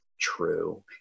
true